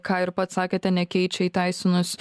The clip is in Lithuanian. ką ir pats sakėte nekeičia įteisinus